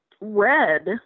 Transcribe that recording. Red